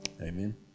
amen